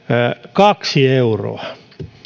kaksi euroa